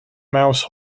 mouse